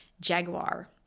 Jaguar